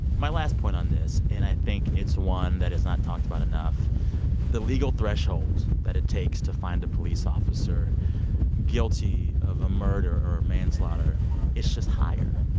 my last point on this and i think it's the one that is not talked about enough the legal threshold that it takes to find a police officer guilty of a murder or a manslaughter it's just higher.